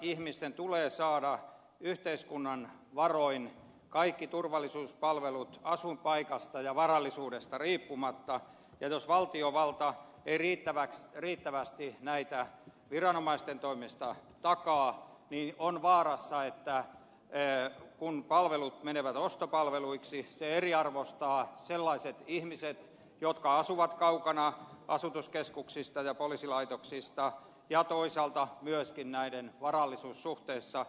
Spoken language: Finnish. ihmisten tulee saada yhteiskunnan varoin kaikki turvallisuuspalvelut asuinpaikasta ja varallisuudesta riippumatta ja jos valtiovalta ei riittävästi näitä viranomaisten toimesta takaa niin on vaara että kun palvelut menevät ostopalveluiksi se eriarvoistaa sellaiset ihmiset jotka asuvat kaukana asutuskeskuksista ja poliisilaitoksista ja toisaalta eriarvoistaa myöskin varallisuuden suhteen